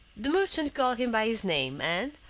the merchant called him by his name, and,